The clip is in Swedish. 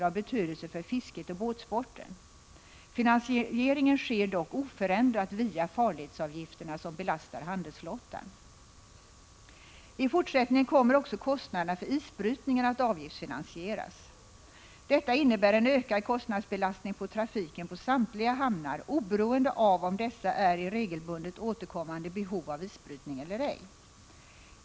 av betydelse för fisket och båtsporten. Finansieringen sker dock oförändrat via farledsavgifterna, som belastar handelsflottan. I fortsättningen kommer också kostnaderna för isbrytningen att avgiftsfinansieras. Detta innebär en ökad kostnadsbelastning på trafiken på samtliga hamnar oberoende av om dessa är i regelbundet återkommande behov av isbrytning eller ej.